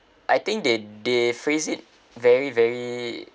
I think they they phrase it very very